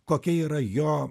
kokia yra jo